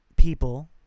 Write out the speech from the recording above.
People